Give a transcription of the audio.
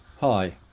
Hi